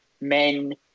men –